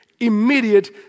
immediate